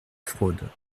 fraude